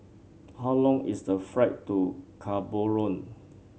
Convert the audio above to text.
how long is the flight to Gaborone